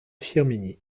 firminy